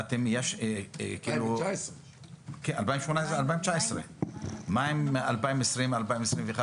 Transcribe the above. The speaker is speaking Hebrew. מה עם 2020 ו-2021?